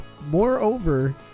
Moreover